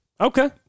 Okay